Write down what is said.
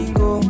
go